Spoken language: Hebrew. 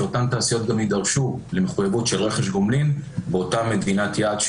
שאותן תעשיות גם יידרשו למחויבות של רכש גומלין באותה מדינת יעד,